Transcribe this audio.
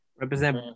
Represent